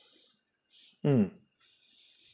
mm